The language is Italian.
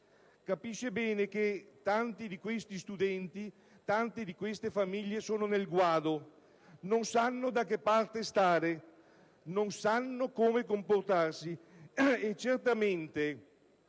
Capisce bene che tanti di questi studenti, tante di queste famiglie, sono nel guado: non sanno da che parte stare, non sanno come comportarsi, e certamente